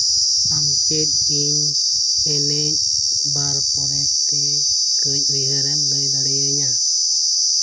ᱟᱢ ᱪᱮᱫ ᱤᱧ ᱮᱱᱮᱡᱽ ᱵᱟᱨ ᱯᱚᱨᱮ ᱛᱮ ᱠᱟᱹᱡ ᱩᱭᱦᱟᱹᱨᱮᱢ ᱞᱟᱹᱭ ᱫᱟᱲᱮᱭᱟᱹᱧᱟ